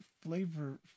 flavor